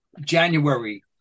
January